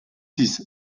six